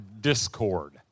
discord